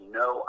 no